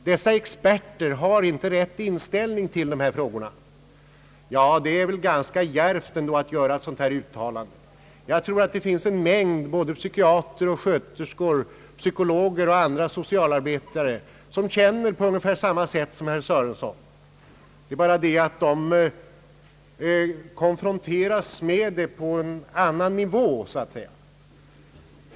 Dessa experter, påstår han, har inte rätt inställning till dessa frågor. Det är väl ändå ett ganska djärvt uttalande. Jag tror det finns en mängd psykiatrer, sjuksköterskor, psykologer och andra socialarbetare som känner på ungefär samma sätt som herr Sörenson. Skillnaden är bara den att de konfronteras med problem på en annan nivå så att säga.